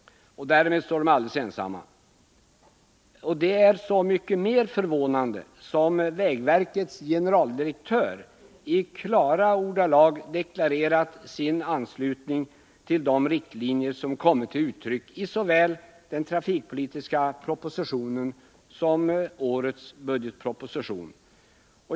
Därmed står de alldeles ensamma. Detta är så mycket mer förvånande som vägverkets generaldirektör i klara ordalag deklarerat sin anslutning till de riktlinjer som kommit till uttryck både i den trafikpolitiska propositionen och i årets budgetproposition.